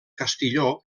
castilló